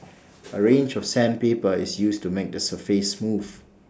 A range of sandpaper is used to make the surface smooth